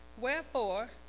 Wherefore